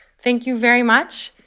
thank you very much.